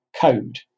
code